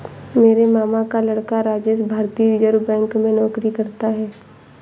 मेरे मामा का लड़का राजेश भारतीय रिजर्व बैंक में नौकरी करता है